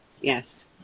Yes